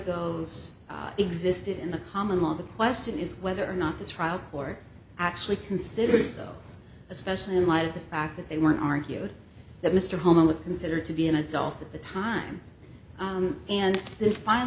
those existed in the common law the question is whether or not the trial court actually consider it especially in light of the fact that they want to argue that mr holm was considered to be an adult at the time and then find